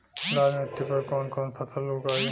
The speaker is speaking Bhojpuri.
लाल मिट्टी पर कौन कौनसा फसल उगाई?